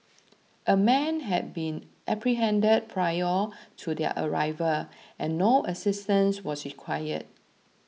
a man had been apprehended prior to their arrival and no assistance was required